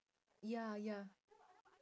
ya ya